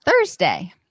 Thursday